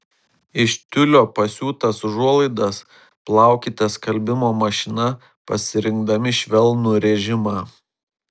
iš tiulio pasiūtas užuolaidas plaukite skalbimo mašina pasirinkdami švelnų režimą